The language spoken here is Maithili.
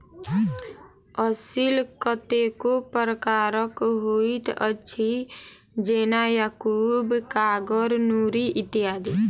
असील कतेको प्रकारक होइत अछि, जेना याकूब, कागर, नूरी इत्यादि